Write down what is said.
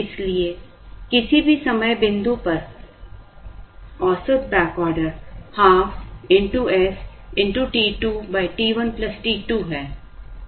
इसलिए किसी भी समय बिंदु पर औसत back order ½ s t 2 t1 t2 है